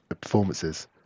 performances